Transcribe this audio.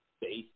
base